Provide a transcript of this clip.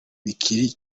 bikiri